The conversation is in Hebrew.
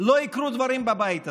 לא יקרו דברים בבית הזה.